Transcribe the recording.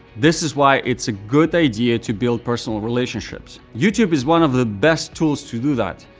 this is why it's a good idea to build personal relationships. youtube is one of the best tools to do that,